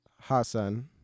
Hassan